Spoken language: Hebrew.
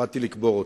באתי לקבור אותו.